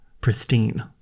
pristine